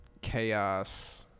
chaos